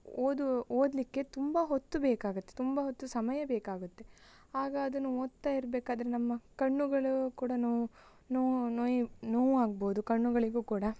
ಓದು ಓದಲಿಕ್ಕೆ ತುಂಬ ಹೊತ್ತು ಬೇಕಾಗುತ್ತೆ ತುಂಬ ಹೊತ್ತು ಸಮಯ ಬೇಕಾಗುತ್ತೆ ಆಗ ಅದನ್ನು ಓದ್ತಾ ಇರಬೇಕಾದ್ರೆ ನಮ್ಮ ಕಣ್ಣುಗಳು ಕೂಡ ನೋ ನೋಯಿ ನೋವಾಗ್ಬೌದು ಕಣ್ಣುಗಳಿಗೂ ಕೂಡ